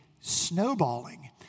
snowballing